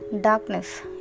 darkness